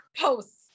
posts